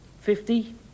fifty